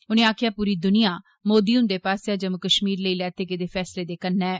उनें आक्खेआ पूरी दुनिया मोदी उन्दे पासेआ जम्मू कश्मीर लेई लैते गेदे फैसले दे कन्नै ऐ